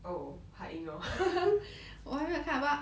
oh 还 ignore